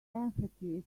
empathy